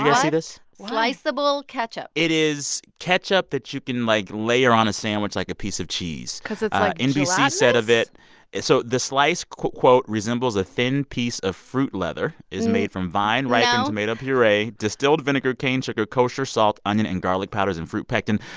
why? what? sliceable ketchup it is ketchup that you can, like, layer on a sandwich like a piece of cheese because it's, like, gelatinous? nbc said of it it so the slice, quote, resembles a thin piece of fruit leather, is made from vine-ripened tomato puree, distilled vinegar, cane sugar, kosher salt, onion and garlic powders and fruit pectin.